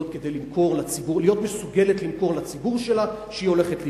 כדי להיות מסוגלת למכור לציבור שלה שהיא הולכת לקראתו.